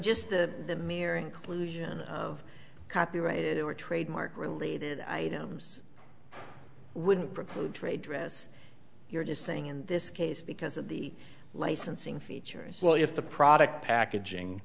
just the mere inclusion of copyrighted or trademark related items wouldn't preclude trade dress you're just saying in this case because of the licensing features if the product packaging